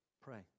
Pray